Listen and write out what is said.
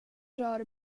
rör